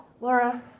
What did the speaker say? Laura